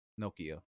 Nokia